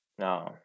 No